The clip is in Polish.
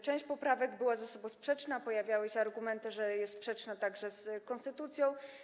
Część poprawek była ze sobą sprzeczna, pojawiały się argumenty, że jest sprzeczna także z konstytucją.